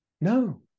No